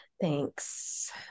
Thanks